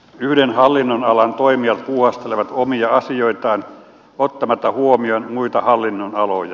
yhden hallinnonalan toimijat puuhastelevat omia asioitaan ottamatta huomioon muita hallinnonaloja